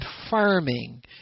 confirming